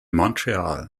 montreal